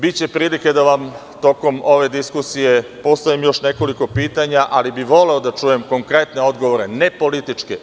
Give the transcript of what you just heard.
Biće prilike da vam tokom ove diskusije postavim još nekoliko pitanja, ali bih voleo da čujem konkretne odgovore, ne političke.